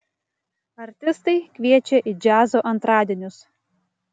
artistai kviečia į džiazo antradienius